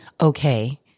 okay